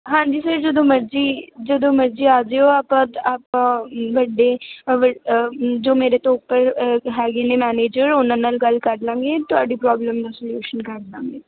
ਹਾਂਜੀ ਸਰ ਜਦੋਂ ਮਰਜ਼ੀ ਜਦੋਂ ਮਰਜ਼ੀ ਆ ਜਿਓ ਆਪਾਂ ਆਪਾਂ ਵੱਡੇ ਜੋ ਮੇਰੇ ਤੋਂ ਉੱਪਰ ਹੈਗੇ ਨੇ ਮੈਨੇਜਰ ਉਹਨਾਂ ਨਾਲ ਗੱਲ ਕਰ ਲਾਂਗੇ ਤੁਹਾਡੀ ਪ੍ਰੋਬਲਮ ਦਾ ਸਲਿਊਸ਼ਨ ਕਰ ਦਿਆਂਗੇ